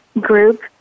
group